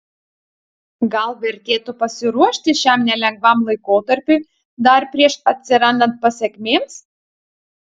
gal vertėtų pasiruošti šiam nelengvam laikotarpiui dar prieš atsirandant pasekmėms